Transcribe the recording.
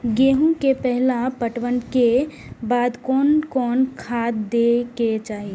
गेहूं के पहला पटवन के बाद कोन कौन खाद दे के चाहिए?